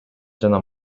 жана